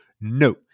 No